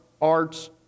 arts